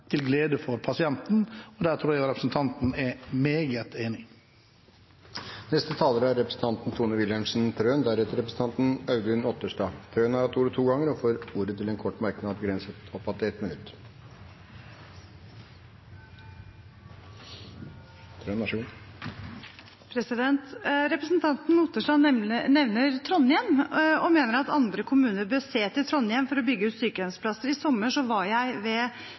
til glede for pasienten. Det tror jeg representanten er meget enig i. Representanten Tone Wilhelmsen Trøen har hatt ordet to ganger tidligere og får ordet til en kort merknad, begrenset oppad til 1 minutt. Representanten Otterstad nevner Trondheim, og mener at andre kommuner bør se til Trondheim når det gjelder å bygge ut sykehjemsplasser. I sommer var jeg